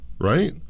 Right